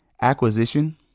acquisition